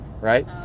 right